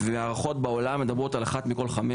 וההערכות בעולם מדברות על אחת מכל חמש